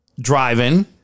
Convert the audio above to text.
driving